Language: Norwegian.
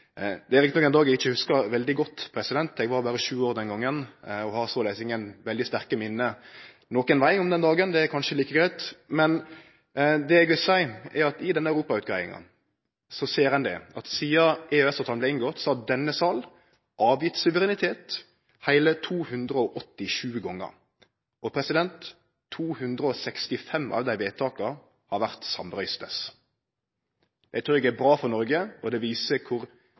Det er riktignok ein dag eg ikkje hugsar veldig godt. Eg var berre sju år den gongen og har såleis ingen veldig sterke minne nokon veg om den dagen – det er kanskje like greitt. Men det eg vil seie, er at i denne europautgreiinga ser ein at sidan EØS-avtalen vart inngått, har denne sal gjeve frå seg suverenitet heile 287 gonger. 265 av dei vedtaka har vore samrøystes. Det trur eg er bra for Noreg, og det viser kor